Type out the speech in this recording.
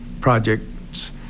projects